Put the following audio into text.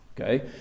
Okay